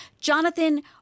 Jonathan